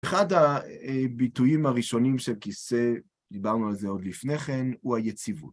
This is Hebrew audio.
אחד הביטויים הראשונים של כיסא, דיברנו על זה עוד לפני כן, הוא היציבות.